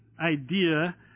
idea